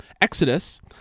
Exodus